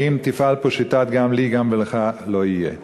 האם תפעל פה שיטת "גם לי גם לך לא יהיה"?